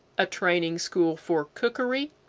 a training school for cookery,